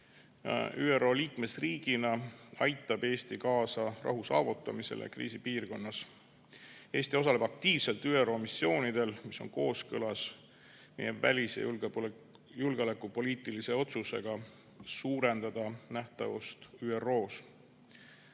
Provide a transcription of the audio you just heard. ÜRO liikmesriigina aitab Eesti kaasa rahu saavutamisele kriisipiirkonnas. Eesti osaleb aktiivselt ÜRO missioonidel, mis on kooskõlas meie välis- ja julgeolekupoliitilise otsusega suurendada nähtavust ÜRO-s.